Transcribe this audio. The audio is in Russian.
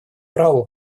праву